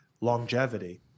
longevity